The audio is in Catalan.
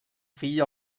fill